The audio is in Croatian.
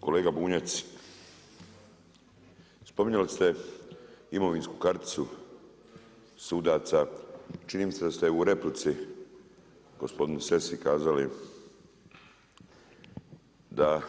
Kolega Bunjac, spominjali ste imovinsku karticu sudaca, čini mi se da ste u replici gospodinu Sessi kazali da